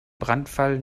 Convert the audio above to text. brandfall